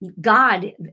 God